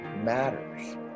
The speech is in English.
matters